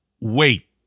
wait